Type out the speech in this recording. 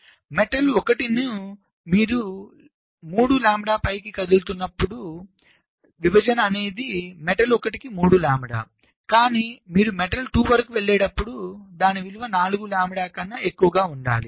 metal 1 ను మీరు 3 lambda పైకి కదులుతున్నప్పుడు కానీ విభజన అనేది మెటల్ ఒకటికి 3 లాంబ్డా కానీ మీరు మెటల్ 2 వరకు వెళ్ళేటప్పుడు దాని విలువ 4 లాంబ్డా కన్నా నా ఎక్కువగా ఉండాలి